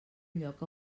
lloc